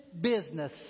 business